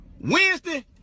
Wednesday